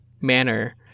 manner